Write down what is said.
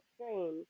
strange